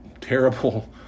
terrible